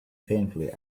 painfully